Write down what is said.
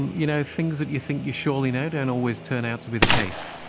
you know things that you think you surely know don't always turn out to be the case.